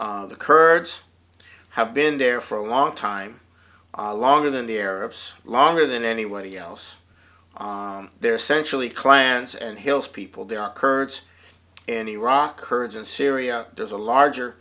the kurds have been there for a long time longer than the arabs longer than anybody else they're essentially clans and hills people there are kurds in iraq kurds in syria does a larger